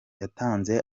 yatanze